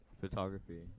photography